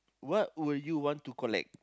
what would you want to collect